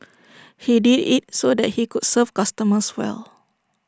he did IT so that he could serve customers well